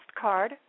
card